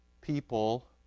people